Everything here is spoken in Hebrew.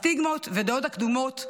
הסטיגמות והדעות הקדומות,